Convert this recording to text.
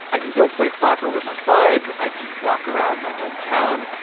i can go play soccer with my buds. i can walk around my hometown,